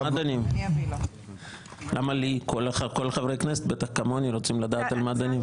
לא רק לי אלא לכל חברי הכנסת שכמוני בטח רוצים לראות על מה דנים.